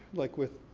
like with,